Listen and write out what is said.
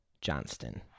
Johnston